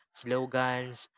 slogans